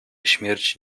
śmierci